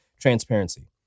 transparency